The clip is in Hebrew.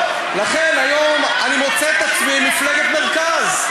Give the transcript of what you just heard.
לכן היום אני מוצא עצמי היום במפלגת מרכז,